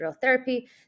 therapy